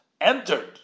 entered